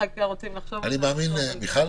אני מאמין שמיכל